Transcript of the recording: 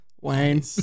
Wayne